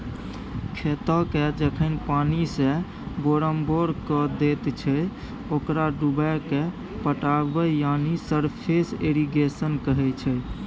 खेतकेँ जखन पानिसँ बोरमबोर कए दैत छै ओकरा डुबाएकेँ पटाएब यानी सरफेस इरिगेशन कहय छै